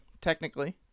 technically